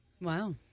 Wow